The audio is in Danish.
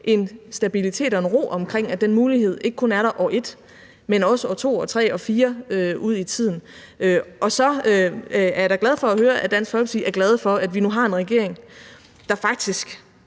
en stabilitet og en ro omkring, at den mulighed ikke kun er der i år 1, men også i år 2, år 3, år 4. Og så er jeg da glad for at høre, at Dansk Folkeparti er glade for, at vi nu har en regering, der faktisk